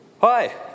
Hi